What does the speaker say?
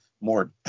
more